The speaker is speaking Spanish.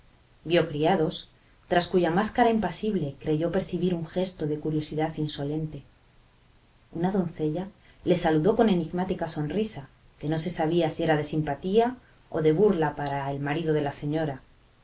vio criados tras cuya máscara impasible creyó percibir un gesto de curiosidad insolente una doncella le saludó con enigmática sonrisa que no se sabía si era de simpatía o de burla para el marido de la señora